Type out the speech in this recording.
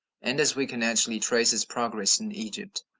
and as we can actually trace its progress in egypt,